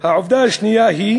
העובדה השנייה היא